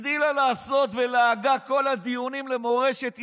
הגדילה לעשות ולעגה בכל הדיונים למורשת ישראל,